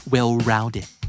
Well-rounded